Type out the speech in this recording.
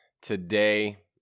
today